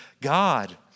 God